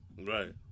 right